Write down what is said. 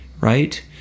right